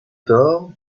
tard